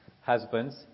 husbands